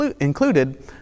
included